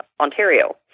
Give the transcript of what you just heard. Ontario